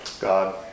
God